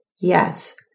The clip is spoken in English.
Yes